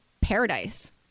paradise